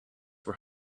were